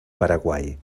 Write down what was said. paraguai